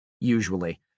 usually